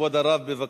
כבוד הרב, בבקשה.